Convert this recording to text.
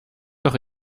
doch